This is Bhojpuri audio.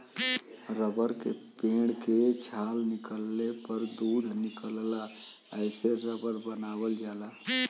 रबर के पेड़ के छाल छीलले पर दूध निकलला एसे रबर बनावल जाला